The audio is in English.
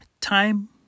time